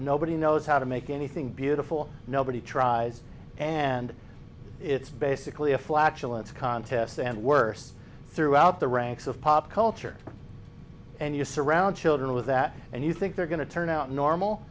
nobody knows how to make anything beautiful nobody tries and it's basically a flatulence contest and worse throughout the ranks of pop culture and you surround children with that and you think they're going to turn out normal